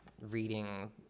reading